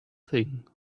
thing